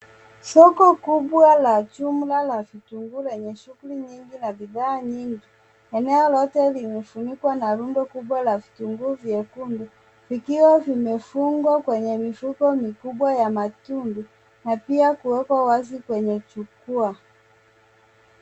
Soko kubwa la jumla la vitunguu, lenye shughuli nyingi na bidhaa nyingi. Eneo lote limefunikwa na rundo kubwa la vitunguu vyekundu, vikiwa vimefungwa kwenye mifuko mikubwa ya matundu na pia kuekwa wazi kwenye jukwaa.